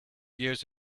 years